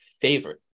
favorite